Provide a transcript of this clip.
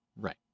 Right